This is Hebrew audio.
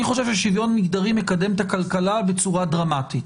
אני חושב ששוויון מגדרי מקדם את הכלכלה בצורה דרמטית.